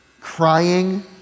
crying